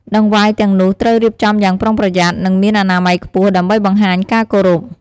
តង្វាយទាំងនោះត្រូវរៀបចំយ៉ាងប្រុងប្រយ័ត្ន និងមានអនាម័យខ្ពស់ ដើម្បីបង្ហាញការគោរព។